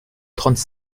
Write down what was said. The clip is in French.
trente